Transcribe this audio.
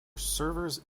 servers